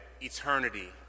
eternity